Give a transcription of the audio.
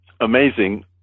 amazing